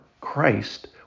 Christ